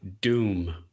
doom